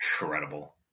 incredible